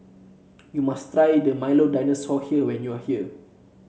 you must try the Milo Dinosaur when you are here